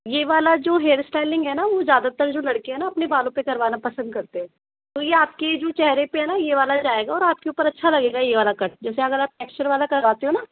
ये वाला जो हेयर स्टाइलिंग है ना वो ज़्यादातर जो लड़के है ना अपने बालों पे करवाना पसंद करते है तो ये आपके जो ये चहरे पे है ना ये वाला जायेगा और आपके ऊपर अच्छा लगेगा ये वाला कट जैसे अगर आप टेक्स्चर वाला कराते हो ना